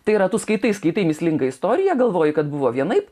tai yra tu skaitai skaitai mįslingą istoriją galvoji kad buvo vienaip